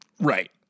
Right